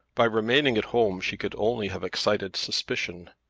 by remaining at home she could only have excited suspicion.